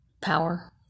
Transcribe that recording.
power